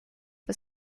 for